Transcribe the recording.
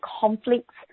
conflicts